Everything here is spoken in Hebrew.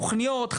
תוכניות,